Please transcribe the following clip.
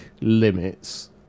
limits